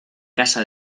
casa